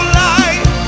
life